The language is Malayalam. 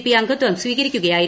പി അംഗത്വം സ്വീകരിക്കുകയായിരുന്നു